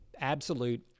absolute